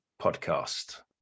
Podcast